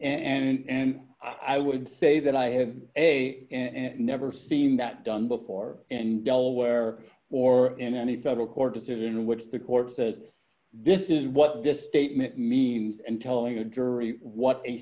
misleading and i would say that i have a and never seen that done before and delaware or in any federal court decision which the courts that this is what this statement means and telling a jury what a